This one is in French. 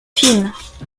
films